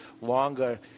longer